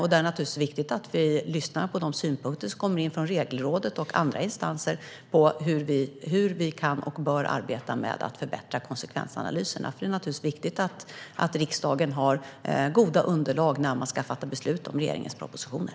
Det är naturligtvis viktigt att vi lyssnar på de synpunkter som kommer in från Regelrådet och andra instanser när det gäller hur vi kan och bör arbeta med att förbättra konsekvensanalyserna. Det är viktigt att riksdagen har goda underlag när man ska fatta beslut om regeringens propositioner.